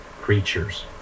creatures